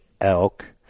elk